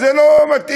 זה לא מתאים.